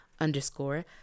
underscore